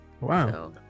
Wow